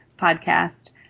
podcast